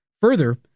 Further